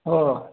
हो